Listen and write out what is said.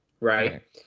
Right